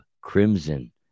Crimson